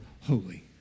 holy